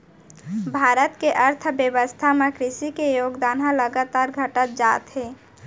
भारत के अर्थबेवस्था म कृसि के योगदान ह लगातार घटत जात हे